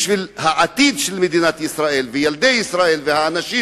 בשביל העתיד של מדינת ישראל וילדי ישראל והאנשים